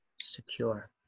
secure